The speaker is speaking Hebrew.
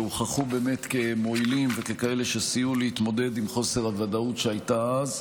ובאמת הוכחו כמועילים וככאלה שסייעו להתמודד עם חוסר הוודאות שהיה אז.